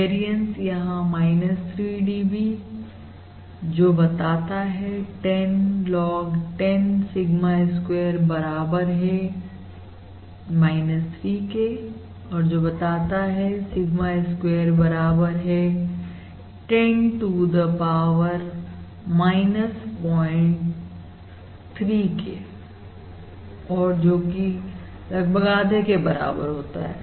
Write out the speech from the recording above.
variance यहां है 3 dB जो बताता है 10 log 10 सिग्मा स्क्वायर बराबर है 3 के और जो बताता है सिग्मा स्क्वायर बराबर है 10 टू द पावर 03 जोकि लगभग आधे के बराबर होता है